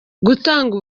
gutanga